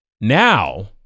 Now